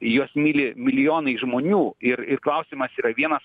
juos myli milijonai žmonių ir ir klausimas yra vienas